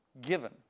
given